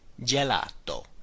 gelato